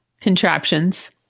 contraptions